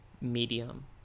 medium